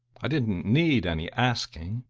i didn't need any asking.